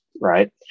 right